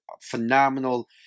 phenomenal